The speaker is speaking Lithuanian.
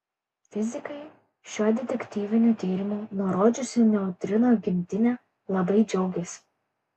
fizikai šiuo detektyviniu tyrimu nurodžiusiu neutrino gimtinę labai džiaugiasi